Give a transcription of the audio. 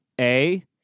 A-